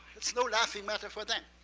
it's no laughing matter for them.